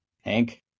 Hank